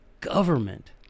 government